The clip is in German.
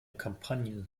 kampagne